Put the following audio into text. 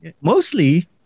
mostly